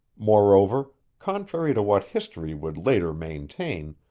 moreover, contrary to what history would later maintain,